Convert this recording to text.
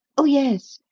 oh, yes.